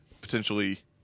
potentially